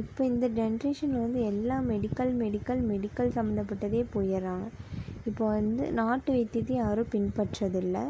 இப்போ இந்த ஜென்ரேஷனில் வந்து எல்லாம் மெடிக்கல் மெடிக்கல் மெடிக்கல் சம்மந்தப்பட்டதே போயிடறாங்க இப்போ வந்து நாட்டு வைத்தியத்தை யாரும் பின்பற்றுவது இல்லை